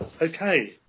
okay